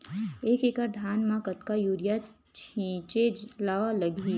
एक एकड़ धान में कतका यूरिया छिंचे ला लगही?